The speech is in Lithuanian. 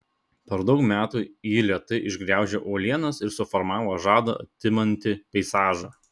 per daug metų ji lėtai išgraužė uolienas ir suformavo žadą atimantį peizažą